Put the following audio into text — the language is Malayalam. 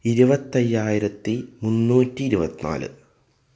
ഇരുപത്തയ്യായിരത്തി മുന്നൂറ്റി ഇരുപത്തി നാല്